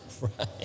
Right